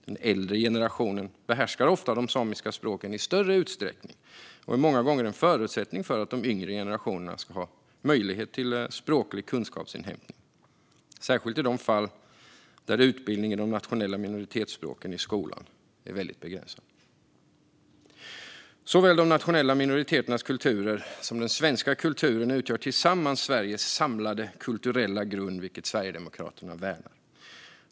Den äldre generationen behärskar ofta de samiska språken i större utsträckning och är många gånger en förutsättning för att de yngre generationerna ska ha möjlighet till språklig kunskapsinhämtning, särskilt i de fall då utbildningen i de nationella minoritetsspråken i skolan är begränsad. Såväl de nationella minoriteternas kulturer som den svenska kulturen utgör tillsammans Sveriges samlade kulturella grund, vilken Sverigedemokraterna värnar.